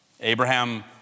Abraham